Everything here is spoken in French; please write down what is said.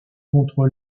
contre